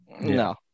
No